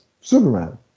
Superman